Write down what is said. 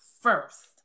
first